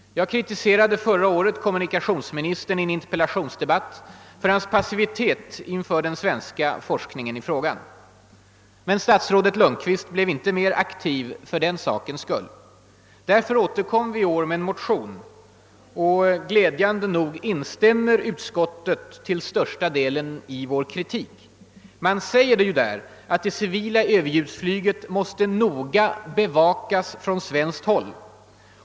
Jag kritiserade förra året kommunikationsministern i en interpellationsdebatt för hans passivitet inför den svenska forskningen i frågan. Men statsrådet Lundkvist blev inte mer aktiv för den sakens skull. Därför återkom vi i år med en motion. Glädjande nog instämmer utskottet till största delen i vår kritik. Man säger att det civila överljudsflyget »måste noga bevakas från svenskt håll».